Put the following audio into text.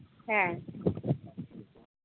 ᱦᱮᱸ